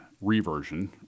reversion